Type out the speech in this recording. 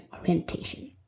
orientation